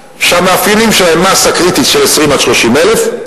שהמאפיינים שלהם מאסה קריטית של 20,000 30,000,